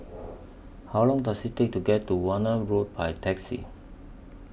How Long Does IT Take to get to Warna Road By Taxi